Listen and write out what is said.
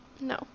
no